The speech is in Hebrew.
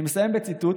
אסיים בציטוט